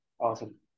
Awesome